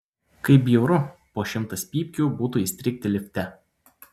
kaip bjauru po šimtas pypkių būtų įstrigti lifte